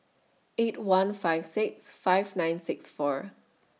eight one five six five nine six four